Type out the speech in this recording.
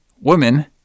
woman